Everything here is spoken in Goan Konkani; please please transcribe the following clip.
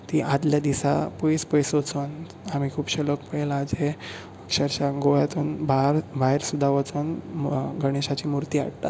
ती आदल्या दिसा पयस पयस वचून हांवें खुबशे लोक पळयल्या जे अकर्शशा गोव्यांतून भायर सुद्दां वचून गणेशाची मुर्ती हाडटात